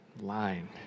line